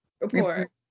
report